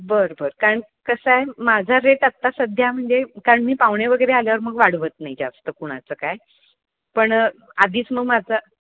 बरं बरं कारण कसं आहे माझा रेट आत्ता सध्या म्हणजे कारण मी पाहुणे वगैरे आल्यावर मग वाढवत नाही जास्त कुणाचं काय पण आधीच मग माझा